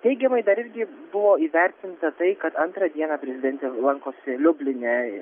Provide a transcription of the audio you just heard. teigiamai dar ir buvo įvertinta tai kad antrą dieną prezidentė lankosi liubline